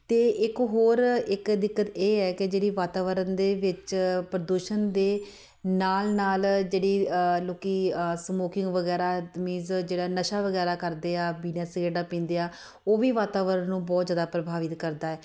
ਅਤੇ ਇੱਕ ਹੋਰ ਇੱਕ ਦਿੱਕਤ ਇਹ ਹੈ ਕਿ ਜਿਹੜੀ ਵਾਤਾਵਰਨ ਦੇ ਵਿੱਚ ਪ੍ਰਦੂਸ਼ਣ ਦੇ ਨਾਲ ਨਾਲ ਜਿਹੜੀ ਲੋਕ ਸਮੋਕਿੰਗ ਵਗੈਰਾ ਮੀਨਜ਼ ਜਿਹੜਾ ਨਸ਼ਾ ਵਗੈਰਾ ਕਰਦੇ ਆ ਬੀੜੀਆਂ ਸਿਗਰਟਾਂ ਪੀਂਦੇ ਆ ਉਹ ਵੀ ਵਾਤਾਵਰਨ ਨੂੰ ਬਹੁਤ ਜ਼ਿਆਦਾ ਪ੍ਰਭਾਵਿਤ ਕਰਦਾ ਹੈ